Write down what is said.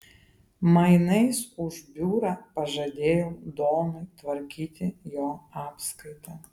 mainais už biurą pažadėjau donui tvarkyti jo apskaitą